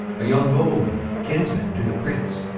a young nobleman, kinsman to the prince.